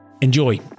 Enjoy